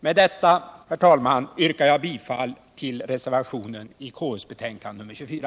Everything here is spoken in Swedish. Med detta, herr talman, yrkar jag bifall till reservationen vid KU:s betänkande nr 24.